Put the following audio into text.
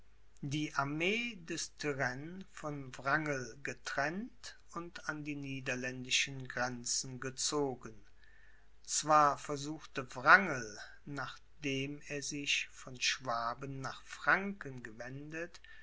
die armee des turenne von wrangeln getrennt und an die niederländischen grenzen gezogen zwar versuchte wrangel nachdem er sich von schwaben nach franken gewendet